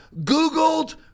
Googled